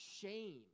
shame